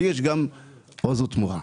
לי יש גם עוז לתמורה.